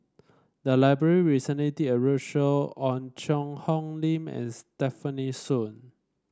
the library recently did a roadshow on Cheang Hong Lim and Stefanie Sun